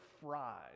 fried